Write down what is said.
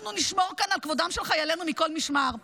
אנחנו נשמור כאן על כבודם של חיילינו מכל משמר.